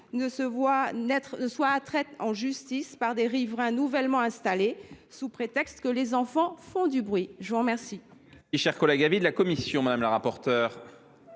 ne soient traînées en justice par des riverains nouvellement installés, sous prétexte que les enfants font du bruit. Quel